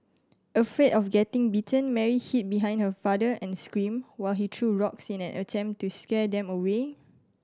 afraid of getting bitten Mary hid behind her father and screamed while he threw rocks in an attempt to scare them away